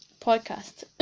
podcast